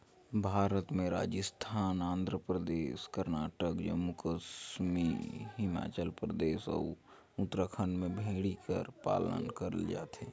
भारत में राजिस्थान, आंध्र परदेस, करनाटक, जम्मू कस्मी हिमाचल परदेस, अउ उत्तराखंड में भेड़ी कर पालन करल जाथे